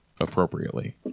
appropriately